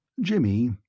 Jimmy